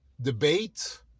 debate